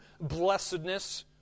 blessedness